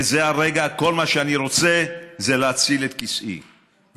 בזה הרגע כל מה שאני רוצה זה להציל את כיסאי,